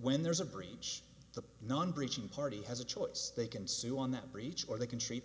when there's a breach the non breaching party has a choice they can sue on that breach or they can treat the